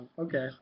Okay